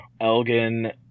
Elgin